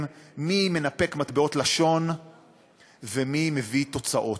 מי מנפק מטבעות לשון ומי מביא תוצאות.